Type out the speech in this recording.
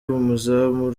umuzamu